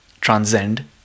transcend